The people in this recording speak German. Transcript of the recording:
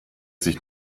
sich